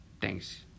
thanks